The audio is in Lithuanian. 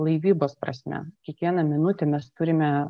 laivybos prasme kiekvieną minutę mes turime